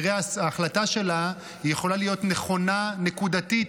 ההחלטה שלה יכולה להיות נקודתית,